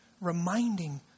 reminding